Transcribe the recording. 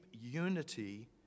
unity